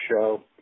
show